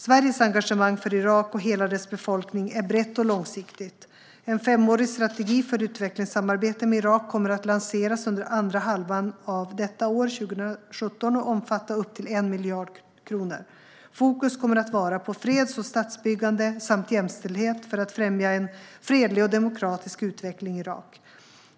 Sveriges engagemang för Irak och hela dess befolkning är brett och långsiktigt. En femårig strategi för utvecklingssamarbete med Irak kommer att lanseras under andra halvan av 2017 och omfatta upp till 1 miljard kronor. Fokus kommer att vara på freds och statsbyggande samt jämställdhet för att främja en fredlig och demokratisk utveckling i Irak.